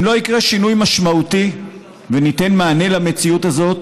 אם לא יקרה שינוי משמעותי וניתן מענה למציאות הזאת,